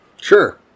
Sure